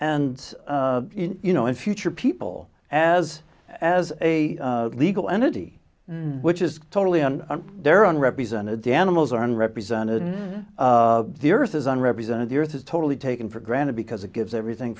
and you know in future people as as a legal entity which is totally on their own represented the animals aren't represented the earth isn't represented the earth is totally taken for granted because it gives everything